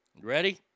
Ready